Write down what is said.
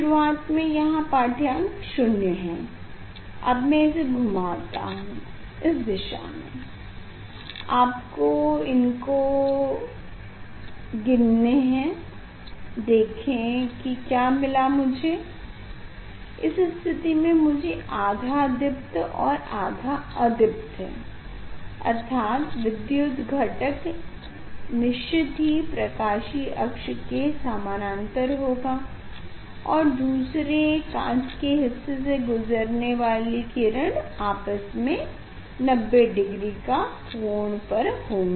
शुरुआत में यहाँ पाढ्यांक शून्य है अब मैं इसे घूमता हूँ इस दिशा में आप इनको गिनें देखें की क्या मिला मुझे इस स्थिति में मुझे आधा दीप्त और आधा अदीप्त है अर्थात विद्युत घटक निश्चित ही प्राकाशीय अक्ष के समानांतर होगी और दूसरे हिस्से काँच से गुजरने वाली किरण आपस में 90 डिग्री के कोण पर होंगी